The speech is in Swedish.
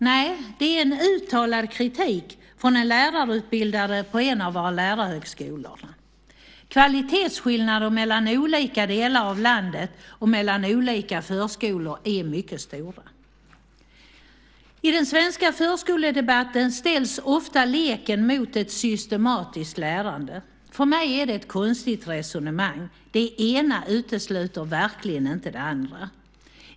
Nej, det är uttalad kritik från en lärarutbildare på en av våra lärarhögskolor. Kvalitetsskillnaderna mellan olika delar av landet och mellan olika förskolor är mycket stora. I den svenska förskoledebatten ställs ofta leken mot ett systematiskt lärande. För mig är det ett konstigt resonemang. Det ena utesluter verkligen inte det andra.